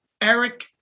Eric